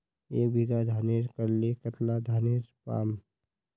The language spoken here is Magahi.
एक बीघा धानेर करले कतला धानेर पाम?